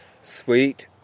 sweet